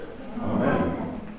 Amen